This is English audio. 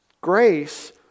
Grace